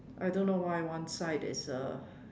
I don't know why one side is a uh